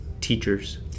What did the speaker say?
teachers